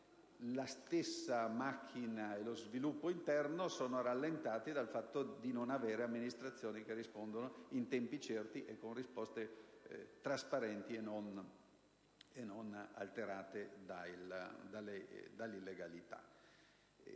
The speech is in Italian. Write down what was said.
la stessa macchina e lo sviluppo interno sono rallentati dal fatto di non avere amministrazioni che rispondono in tempi certi e con risposte trasparenti e non alterate dall'illegalità.